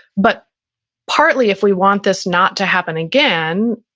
but partly if we want this not to happen again,